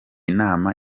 nama